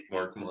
Mark